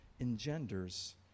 engenders